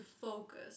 focus